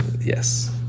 yes